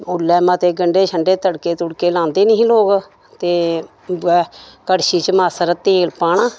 ओल्लै मते गंडे शंडे तड़के तूड़के लांदे निं हे लोग ते उ'ऐ कड़शी च मासा रा तेल पाना